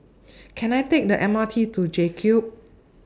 Can I Take The M R T to JCube